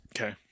okay